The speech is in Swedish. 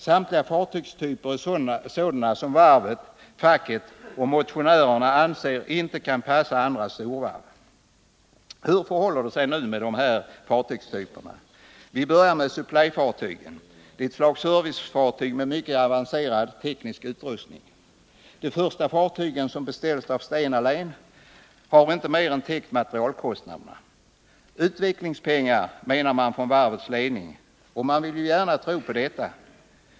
Samtliga fartygstyper är sådana som varvet, facket och motionärerna inte anser kunna passa andra storvarv. Hur förhåller det sig nu med dessa fartygstyper? Låt oss börja med supplyfartygen! De är ett slags servicefartyg med mycket avancerad teknisk utrustning. De första fartygen, som beställts av Stena Line, har inte mer än Nr 164 täckt materialkostnaderna. Det handlar om utvecklingspengar, säger man från varvets ledning, och man vill ju gärna tro att detta är riktigt.